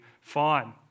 fine